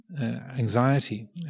anxiety